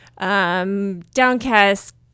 Downcast